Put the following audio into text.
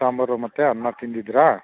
ಸಾಂಬಾರು ಮತ್ತು ಅನ್ನ ತಿಂದಿದ್ದಿರಾ